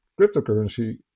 Cryptocurrency